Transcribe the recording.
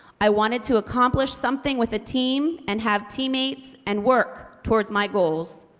i wanted to accomplish something with a team and have teammates and work towards my goals.